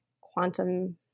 quantum